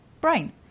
brain